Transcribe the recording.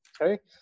okay